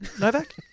Novak